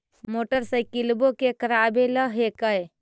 मोटरसाइकिलवो के करावे ल हेकै?